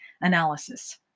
analysis